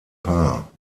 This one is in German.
paar